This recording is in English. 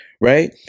right